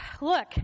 Look